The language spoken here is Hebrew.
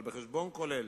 אבל בחשבון כולל,